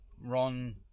Ron